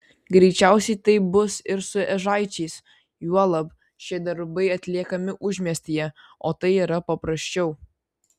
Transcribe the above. greičiausiai taip bus ir su ežaičiais juolab šie darbai atliekami užmiestyje o tai yra paprasčiau